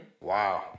Wow